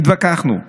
התווכחנו,